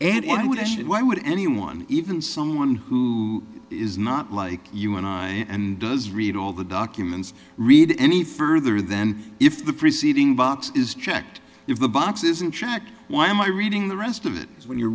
and why would it why would anyone even someone who is not like you want to and does read all the documents read any further then if the preceding box is checked if the box isn't tracked why am i reading the rest of it when you're